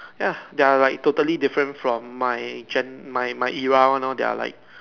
ya they are like totally different from my gen my era one lor they are like